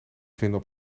vinden